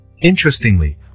Interestingly